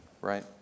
right